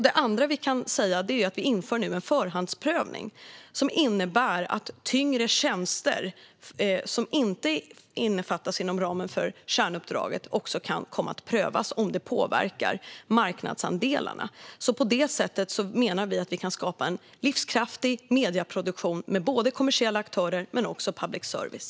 Det andra vi kan säga är att vi nu inför en förhandsprövning. Den innebär att tyngre tjänster, som inte omfattas inom kärnuppdraget, också kan komma att prövas om det påverkar marknadsandelarna. Vi menar att vi på det sättet kan skapa en livskraftig medieproduktion med både kommersiella aktörer och public service.